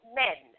men